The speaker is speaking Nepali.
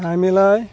हामीलाई